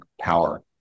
power